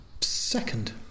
Second